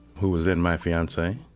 who was then my fiancee.